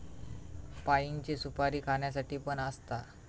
पाइनची सुपारी खाण्यासाठी पण असता